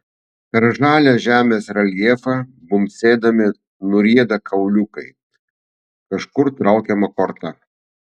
per žalią žemės reljefą bumbsėdami nurieda kauliukai kažkur traukiama korta